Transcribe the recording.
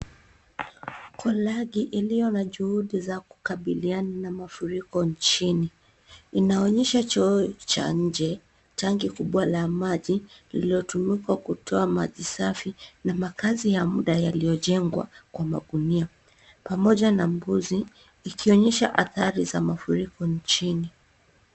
Kolagi iliyo na juhudi za kukabiliana na mafuriko nchini inaonyesha choo cha nje tanki kubwa la maji lililotumika kutoa maji safi na makazi ya muda yaliyojengwa kwa magunia ,pamoja na mbuzi ikionyesha athari za mafuriko nchini.